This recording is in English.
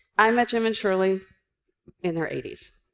i met jim and shirley in their eighty s.